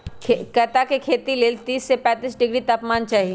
कैता के खेती लेल तीस से पैतिस डिग्री तापमान चाहि